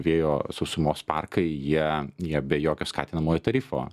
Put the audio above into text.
vėjo sausumos parkai jie ją be jokio skatinamojo tarifo